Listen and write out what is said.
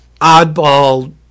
oddball